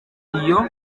iyo